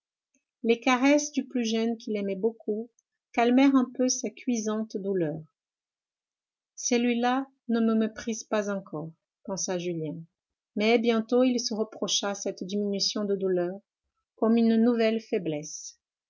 les caresses du plus jeune qu'il aimait beaucoup calmèrent un peu sa cuisante douleur celui-là ne me méprise pas encore pensa julien mais bientôt il se reprocha cette diminution de douleur comme une nouvelle faiblesse